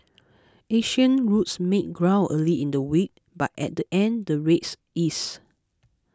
Asian routes made ground early in the week but at the end the rates eased